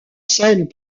scelle